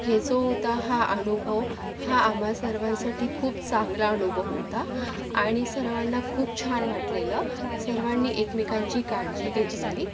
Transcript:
हे जो होता हा अनुभव हा आम्हा सर्वांसाठी खूप चांगला अनुभव होता आणि सर्वांना खूप छान वाटलेलं सर्वांनी एकमेकांची काळजी घेतलेली